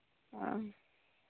ᱚ